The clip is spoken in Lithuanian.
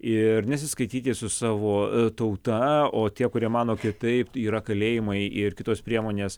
ir nesiskaityti su savo tauta o tie kurie mano kitaip yra kalėjimai ir kitos priemonės